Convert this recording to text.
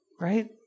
right